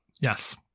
yes